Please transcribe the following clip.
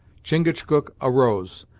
chingachgook arose,